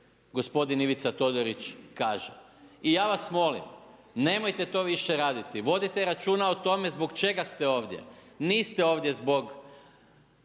gdje to Ivica Todorić kaže. I ja vas molim, nemojte to više raditi, vodite računa o tome zbog čega ste ovdje. Niste ovdje zbog